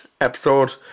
episode